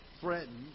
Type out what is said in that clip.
threatened